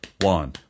one